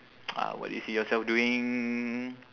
uh what do you see yourself doing